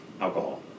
alcohol